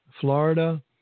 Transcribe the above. Florida